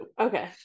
Okay